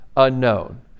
unknown